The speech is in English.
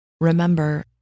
Remember